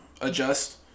adjust